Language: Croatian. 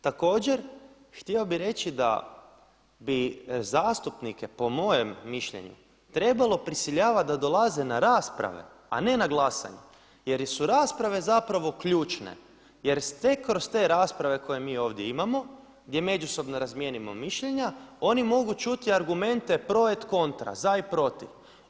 Također htio bih reći da bi zastupnike po mojem mišljenju trebalo prisiljavati da dolaze na rasprave a ne na glasanje jer su rasprave zapravo ključne, jer sve kroz te rasprave koje mi ovdje imamo gdje međusobno razmjenjujemo mišljenja oni mogu čuti argumente pro et contra, za i protiv.